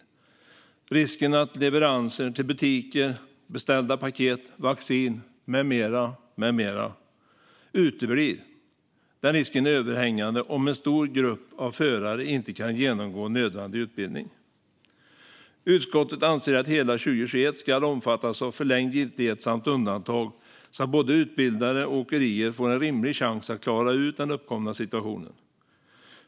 Risken är överhängande att leveranser till butiker, beställda paket, vaccin med mera uteblir om en stor grupp förare inte kan genomgå nödvändig utbildning. Utskottet anser att hela 2021 ska omfattas av förlängd giltighet samt undantag, så att både utbildare och åkerier får en rimlig chans att klara ut den uppkomna situationen.